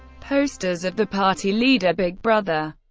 posters of the party leader, big brother,